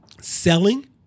selling